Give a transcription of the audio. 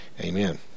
amen